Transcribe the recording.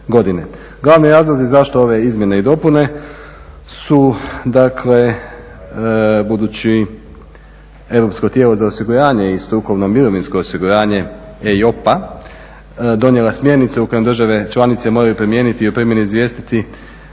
Glavni razlozi zašto ove izmjene i dopune su dakle budući europsko tijelo za osiguranje i strukovno mirovinsko osiguranje EIOPA donijela smjernice u kojim države članice moraju promijeniti i o primjeni izvijestiti